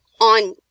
on